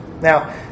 Now